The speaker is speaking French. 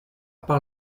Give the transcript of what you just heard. part